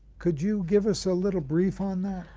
could you give us a little brief on that?